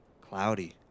cloudy